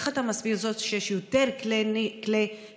איך אתה מסביר שיש יותר כלי נשק?